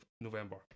November